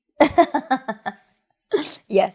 Yes